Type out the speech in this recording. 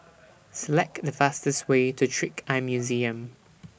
Select The fastest Way to Trick Eye Museum